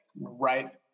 right